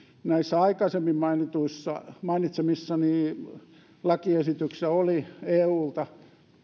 näissä aikaisemmin mainitsemissani lakiesityksissä oli eulta